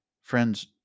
Friends